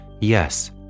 Yes